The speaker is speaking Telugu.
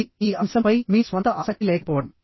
అది ఈ అంశంపై మీ స్వంత ఆసక్తి లేకపోవడం